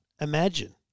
imagine